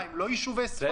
מה, הם לא יישובי ספר?